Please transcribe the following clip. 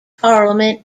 parliament